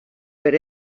per